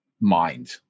mind